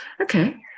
okay